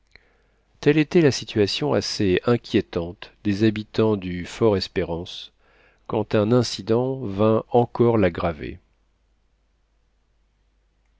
telle était la situation assez inquiétante des habitants du fortespérance quand un incident vint encore l'aggraver